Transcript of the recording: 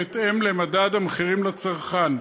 בהתאם למדד המחירים לצרכן.